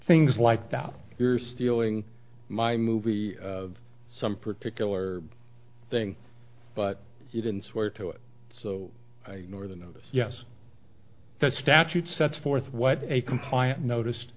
things like that you're stealing my movie some particular thing but you didn't swear to it so nor the notice yes the statute sets forth what a compliant noticed